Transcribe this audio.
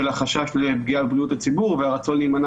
של החשש לפגיעה בבריאות הציבור והרצון להימנע